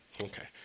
Okay